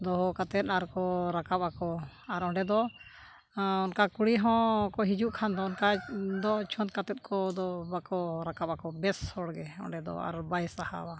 ᱫᱚᱦᱚ ᱠᱟᱛᱮᱫ ᱟᱨᱠᱚ ᱨᱟᱠᱟᱵ ᱟᱠᱚ ᱟᱨ ᱚᱸᱰᱮ ᱫᱚ ᱚᱱᱠᱟ ᱠᱩᱲᱤ ᱦᱚᱸᱠᱚ ᱦᱤᱡᱩᱜ ᱠᱷᱟᱱ ᱫᱚ ᱚᱱᱠᱟ ᱫᱚ ᱪᱷᱚᱸᱛ ᱠᱟᱛᱮᱫ ᱠᱚᱫᱚ ᱵᱟᱠᱚ ᱨᱟᱠᱟᱵ ᱟᱠᱚ ᱵᱮᱥ ᱦᱚᱲᱜᱮ ᱚᱸᱰᱮ ᱫᱚ ᱟᱨ ᱵᱟᱭ ᱥᱟᱦᱟᱣᱟ